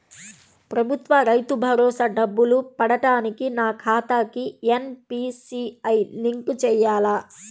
ప్రభుత్వ రైతు భరోసా డబ్బులు పడటానికి నా ఖాతాకి ఎన్.పీ.సి.ఐ లింక్ చేయాలా?